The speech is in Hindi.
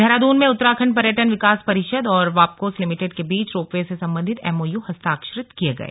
देहरादून में उत्तराखण्ड पर्यटन विकास परिषद और वाप्कोस लिमिटेड के बीच रोपवे से संबंधित एम ओ यू हस्ताक्षरित किये गए